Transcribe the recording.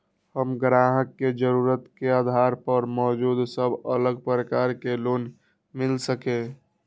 हम ग्राहक के जरुरत के आधार पर मौजूद सब अलग प्रकार के लोन मिल सकये?